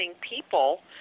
people